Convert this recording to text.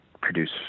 produce